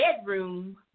bedroom